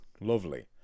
lovely